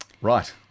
Right